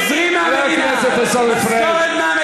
אז קודם כול,